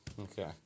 Okay